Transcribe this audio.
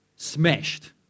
Smashed